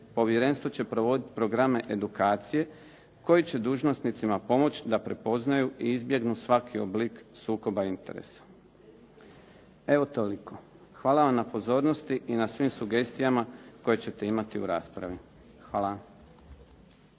povjerenstvo će provoditi programe edukacije koji će dužnosnicima pomoć da prepoznaju i izbjegnu svaki oblik sukoba interesa. Evo, toliko. Hvala vam na pozornosti i na svim sugestijama koje ćete imati u raspravi. Hvala.